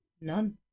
none